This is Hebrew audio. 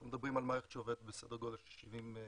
אנחנו מדברים על מערכת שעובדת בסדר גודל של 70 בר,